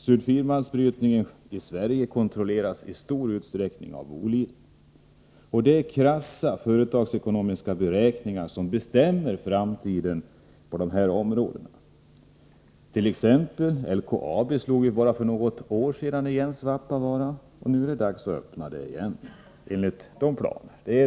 Sulfitmalmsbrytningen i Sverige kontrolleras i stor utsträckning av Boliden. Krassa företagsekonomiska beräkningar bestämmer framtiden på dessa områden. LKAB slogt.ex. bara för några år sedan igen Svappavaara. Nu är det dags att öppna Svappavaara igen.